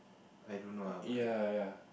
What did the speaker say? I don't know lah but